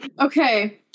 Okay